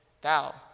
thou